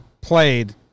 played